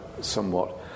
somewhat